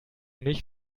nicht